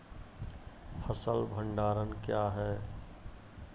फसल भंडारण क्या हैं?